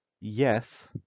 yes